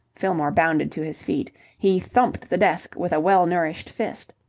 fillmore bounded to his feet he thumped the desk with a well-nourished fist.